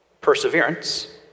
perseverance